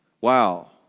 Wow